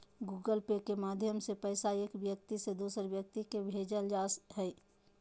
Google Pay के माध्यम से पैसा एक व्यक्ति से दोसर व्यक्ति के भेजल जा हय